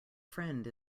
friend